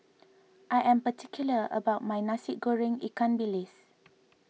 I am particular about my Nasi Goreng Ikan Bilis